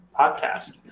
podcast